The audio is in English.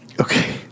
Okay